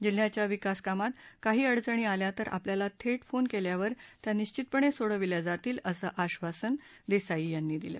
जिल्हयाच्या विकास कामात काही अडचणी आल्या तर आपल्याला थेट फोन केल्यावर त्या निश्वितपणे सोडविल्या जातील असं आश्वासन देसाई यांनी दिलं